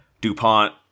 DuPont